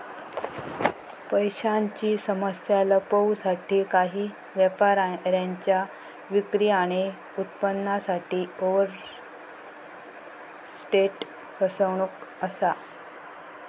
पैशांची समस्या लपवूसाठी काही व्यापाऱ्यांच्या विक्री आणि उत्पन्नासाठी ओवरस्टेट फसवणूक असा